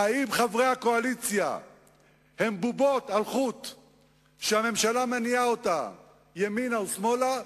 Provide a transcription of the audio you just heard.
האם חברי הקואליציה הם בובות על חוט שהממשלה מניעה ימינה או שמאלה,